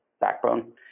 backbone